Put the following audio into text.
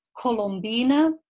Colombina